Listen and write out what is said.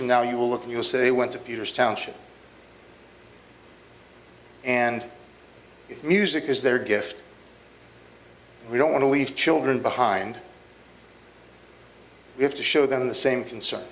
from now you will look you'll say they went to peter's township and music is their gift we don't want to leave children behind we have to show them the same concern